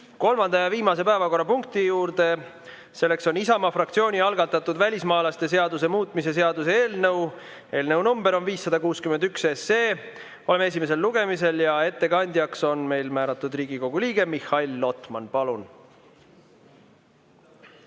kolmanda ja viimase päevakorrapunkti juurde. See on Isamaa fraktsiooni algatatud välismaalaste seaduse muutmise seaduse eelnõu. Eelnõu number on 561. Oleme esimesel lugemisel ja ettekandjaks on meil määratud Riigikogu liige Mihhail Lotman. Palun!